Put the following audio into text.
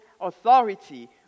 authority